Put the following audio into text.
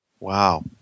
Wow